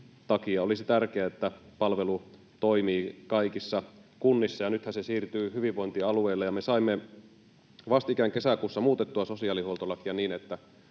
Olisi tärkeää, että palvelu toimii kaikissa kunnissa, ja nythän se siirtyy hyvinvointialueille, ja me saimme vastikään kesäkuussa muutettua sosiaalihuoltolakia niin, että